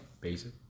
Basic